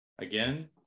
Again